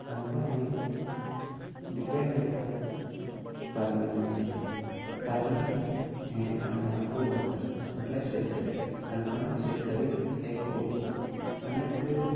काणकोण हें डिपेंड आसा फार्मिंगाचेर फार्मिंग हें काणकोणा खूब आसा म्हटल्यार शेतकरी काणकोणा शेतकरी हें खूब आनीक